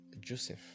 Joseph